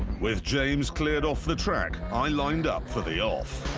with james cleared off the track, i lined up for the off.